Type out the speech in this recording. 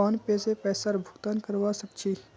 PhonePe से पैसार भुगतान करवा सकछी